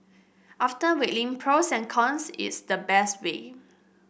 after weighing pros and cons it's the best way